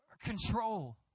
control